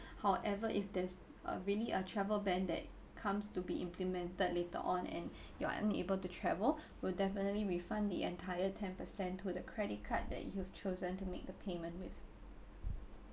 however if there's uh really a travel ban that comes to be implemented later on and you're unable to travel we'll definitely refund the entire ten percent to the credit card that you've chosen to make the payment with